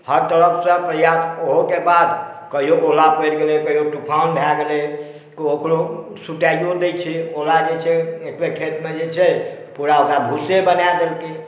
हर तरफ सँ प्रयास ओहोके बाद कहियो ओला पड़ि गेलै कहियो तुफान भय गेलै ओकरो सुताइयो दै छै ओला जे खेतमे जे छै पुरा ओकरा भुसे बना देलकै